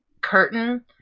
curtain